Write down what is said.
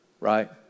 right